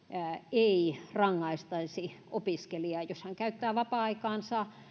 ei rangaistaisi opiskelijaa jos hän käyttää vapaa aikaansa